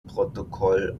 protokoll